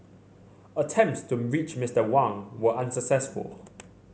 attempts to reach Mister Wang were unsuccessful